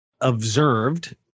observed